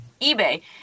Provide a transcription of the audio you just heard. eBay